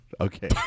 Okay